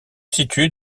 situe